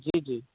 जी जी